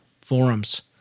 forums